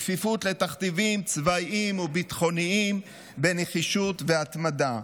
בכפיפות לתכתיבים צבאיים וביטחוניים בנחישות והתמדה.